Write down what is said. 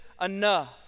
enough